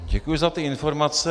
Děkuji za ty informace.